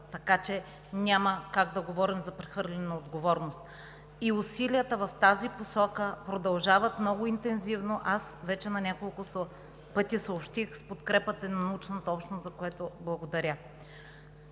така че няма как да говорим за прехвърляне на отговорност и усилията в тази посока продължават много интензивно – аз на няколко пъти съобщих, с подкрепата на научната общност, за което благодаря.